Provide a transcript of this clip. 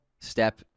step